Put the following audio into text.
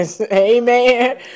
Amen